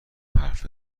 حرف